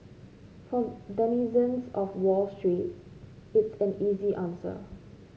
for denizens of Wall Street it's an easy answer